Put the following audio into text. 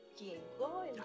Llegó